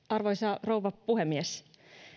arvoisa rouva puhemies